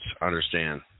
understand